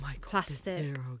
plastic